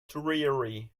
dreary